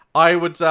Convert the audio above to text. i would.